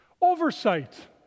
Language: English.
Oversight